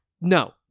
no